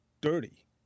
dirty